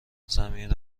ضمیر